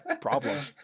Problem